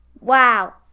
Wow